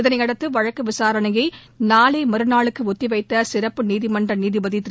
இதனையடுத்து வழக்கு விசாரணையை நாளை மறுநாளுக்கு ஒத்திவைத்த சிறப்பு நீதிமன்ற நீதிபதி திரு